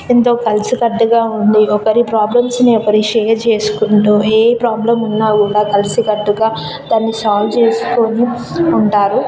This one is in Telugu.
ఎంతో కలిసికట్టుగా ఉండి ఒకరి ప్రొబ్లెమ్స్ని ఒకరికి షేర్ చేసుకుంటూ ఏ ప్రోబ్లం ఉన్నా కూడా కలిసికట్టుగా దాన్ని సోల్వ్ చేస్కోని ఉంటారు